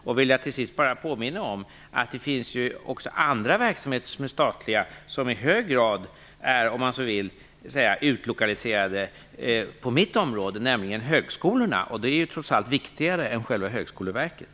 Jag vill till sist bara påminna om att det också på mitt område finns statliga verksamheter som så att säga är utlokaliserade, nämligen högskolorna. De är trots allt viktigare än själva högskoleverket.